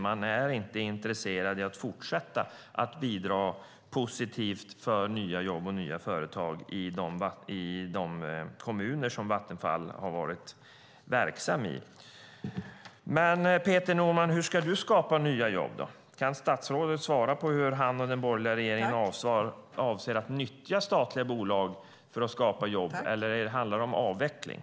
Man är inte intresserad av att fortsätta bidra positivt till nya jobb och nya företag i de kommuner som Vattenfall har varit verksamt i. Men hur ska Peter Norman skapa nya jobb? Kan statsrådet svara på hur han och den borgerliga regeringen avser att nyttja statliga bolag för att skapa jobb, eller handlar det om avveckling?